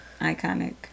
Iconic